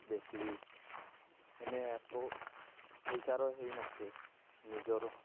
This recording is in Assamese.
বেচিলে এনে একো পইচাৰো সেই নাথাকে নিজৰ